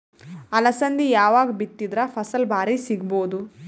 ಅಲಸಂದಿ ಯಾವಾಗ ಬಿತ್ತಿದರ ಫಸಲ ಭಾರಿ ಸಿಗಭೂದು?